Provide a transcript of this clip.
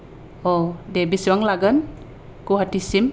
अ' दे बेसेबां लागोन गुवाहाटीसिम